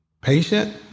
patient